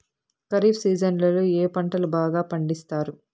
ఖరీఫ్ సీజన్లలో ఏ పంటలు బాగా పండిస్తారు